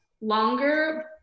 longer